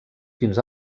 fins